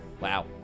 Wow